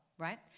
Right